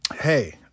hey